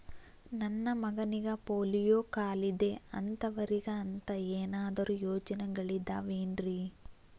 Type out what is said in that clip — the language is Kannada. ನನ್ನ ಮಗನಿಗ ಪೋಲಿಯೋ ಕಾಲಿದೆ ಅಂತವರಿಗ ಅಂತ ಏನಾದರೂ ಯೋಜನೆಗಳಿದಾವೇನ್ರಿ?